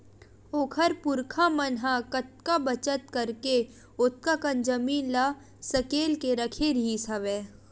ओखर पुरखा मन ह कतका बचत करके ओतका कन जमीन ल सकेल के रखे रिहिस हवय